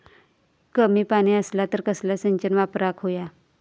कमी पाणी असला तर कसला सिंचन वापराक होया?